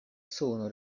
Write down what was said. sono